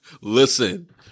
listen